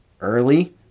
early